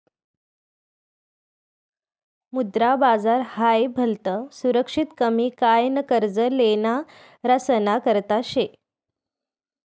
मुद्रा बाजार हाई भलतं सुरक्षित कमी काय न कर्ज लेनारासना करता शे